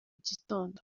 gitondo